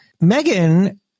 Megan